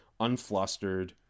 unflustered